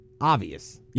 obvious